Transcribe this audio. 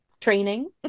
training